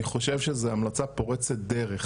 אני חושב שזו המלצה פורצת דרך